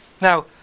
Now